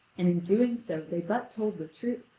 and in doing so they but told the truth.